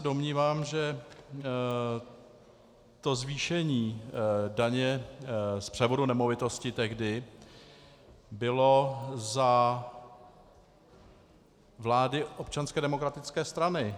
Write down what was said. Domnívám se, že to zvýšení daně z převodu nemovitosti tehdy bylo za vlády Občanské demokratické strany.